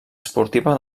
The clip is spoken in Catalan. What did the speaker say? esportiva